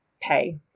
pay